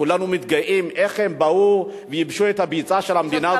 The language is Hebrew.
כולנו מתגאים איך הם באו וייבשו את הביצה של המדינה הזאת,